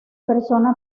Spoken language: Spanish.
persona